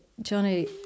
Johnny